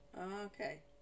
Okay